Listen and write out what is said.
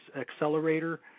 accelerator